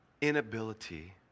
inability